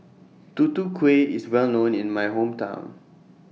Tutu Kueh IS Well known in My Hometown